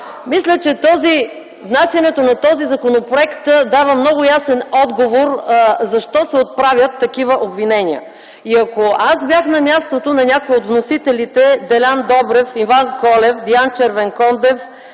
мисля, че внасянето на този законопроект дава много ясен отговор защо се отправят такива обвинения. Ако аз бях на мястото на някого от вносителите – Делян Добрев, Иван Колев, Диан Червенкондев,